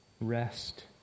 rest